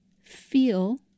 feel